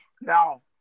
Now